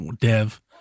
Dev